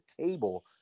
table